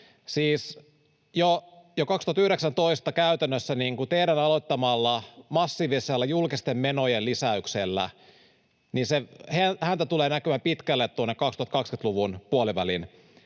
jo 2019 käytännössä teidän aloittamallanne massiivisella julkisten menojen lisäyksellä se häntä tulee näkymään pitkälle tuonne 2020-luvun puolivälin